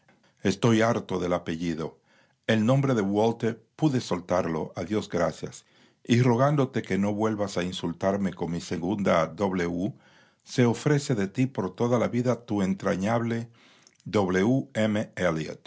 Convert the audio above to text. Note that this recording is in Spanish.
estoy harto del ape a llido el nombre de walter pude soltarlo a dios gracias y rogándote que no vuelvas a insultarme con mi segunda w se ofrece de ti por toda la vida tu entrañable